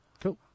Cool